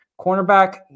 Cornerback